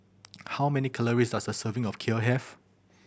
how many calories does a serving of Kheer have